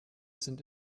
sind